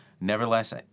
Nevertheless